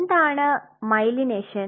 എന്താണ് മൈലൈനേഷൻ